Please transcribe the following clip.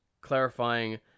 clarifying